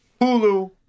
Hulu